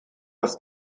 das